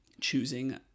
choosing